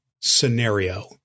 scenario